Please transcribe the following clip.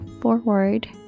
forward